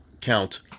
count